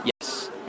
Yes